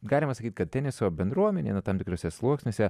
galima sakyt kad teniso bendruomenė nu tam tikruose sluoksniuose